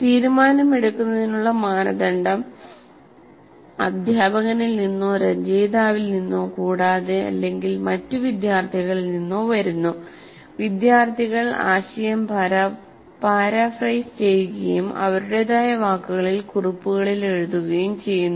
തീരുമാനമെടുക്കുന്നതിനുള്ള മാനദണ്ഡം അധ്യാപകനിൽ നിന്നോ രചയിതാവിൽ നിന്നോ കൂടാതെ അല്ലെങ്കിൽ മറ്റ് വിദ്യാർത്ഥികളിൽ നിന്നോ വരുന്നു വിദ്യാർത്ഥികൾ ആശയം പരാഫ്രേസ് ചെയ്യുകയും അവരുടെതായ വാക്കുകളിൽ കുറിപ്പുകളിൽ എഴുതുകയും ചെയ്യുന്നു